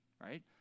right